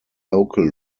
local